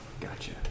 Gotcha